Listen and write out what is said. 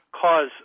cause